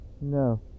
No